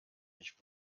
nicht